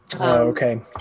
Okay